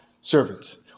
servants